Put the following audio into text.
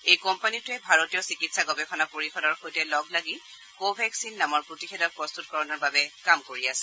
এই কোম্পানীটোৱে ভাৰতীয় চিকিৎসা গৱেষণা পৰিয়দৰ সৈতে লগ লাগি কো ভেকচিন নামৰ প্ৰতিষেধক প্ৰস্তুতকৰণৰ বাবে কাম কৰি আছে